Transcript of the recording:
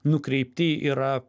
nukreipti yra